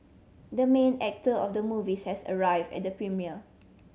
the main actor of the movie says arrived at the premiere